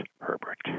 Herbert